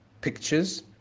pictures